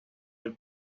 del